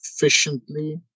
efficiently